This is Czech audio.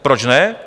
Proč ne?